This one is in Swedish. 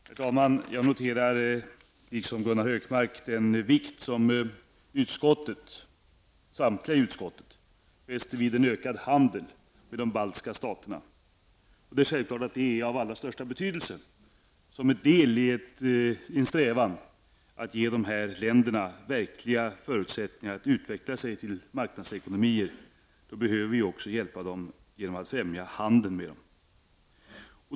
Herr talman! Jag noterar liksom Gunnar Hökmark den vikt som samtliga i utskottet fäster vid en ökad handel med de baltiska saterna. Det är självklart av allra största betydelse och en del i en strävan att ge dessa länder verkliga förutsättningar att utveckla sig till marknadsekonomier. Då behöver vi också hjälpa dem genom att främja handeln med dem.